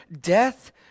death